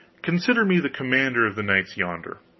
consider me the commander of the knights yonder.